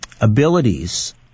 abilities